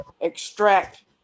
extract